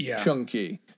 chunky